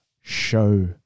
show